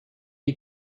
die